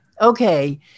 okay